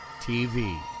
TV